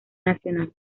nacional